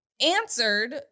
answered